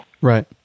Right